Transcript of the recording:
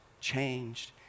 changed